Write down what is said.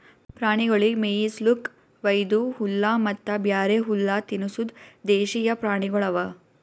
ಪ್ರಾಣಿಗೊಳಿಗ್ ಮೇಯಿಸ್ಲುಕ್ ವೈದು ಹುಲ್ಲ ಮತ್ತ ಬ್ಯಾರೆ ಹುಲ್ಲ ತಿನುಸದ್ ದೇಶೀಯ ಪ್ರಾಣಿಗೊಳ್ ಅವಾ